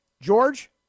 George